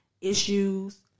issues